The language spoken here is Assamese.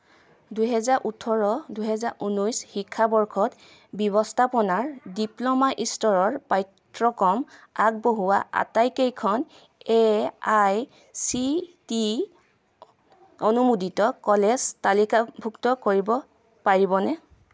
দুহেজাৰ ওঠৰ দুহেজাৰ ঊনৈছ শিক্ষাবৰ্ষত ব্যৱস্থাপনাৰ ডিপ্ল'মা স্তৰৰ পাঠ্যক্ৰম আগবঢ়োৱা আটাইকেইখন A I C T E অনুমোদিত কলেজ তালিকাভুক্ত কৰিব পাৰিবনে